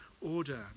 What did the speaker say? order